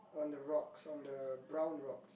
on the rocks on the brown rocks